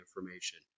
information